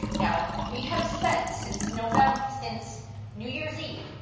now, we have spent, since november, since new year's eve,